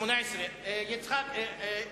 הסעיף התקבל, כהצעת הוועדה.